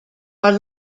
are